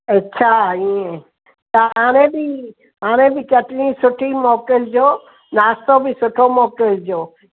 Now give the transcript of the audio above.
अच्छा इएं त हाणे बि हाणे बि चटिणी सुठी मोकिलजो नास्तो बि सुठो मोकिलजो